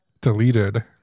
deleted